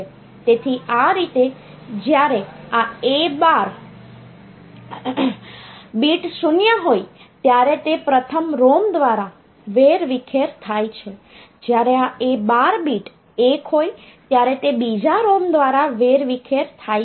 તેથી આ રીતે જ્યારે આ A12 બીટ 0 હોય ત્યારે તે પ્રથમ ROM દ્વારા વેરવિખેર થાય છે જ્યારે આ A12 બીટ 1 હોય ત્યારે તે બીજા ROM દ્વારા વેરવિખેર થાય છે